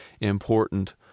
important